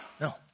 no